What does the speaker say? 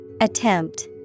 Attempt